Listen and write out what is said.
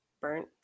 burnt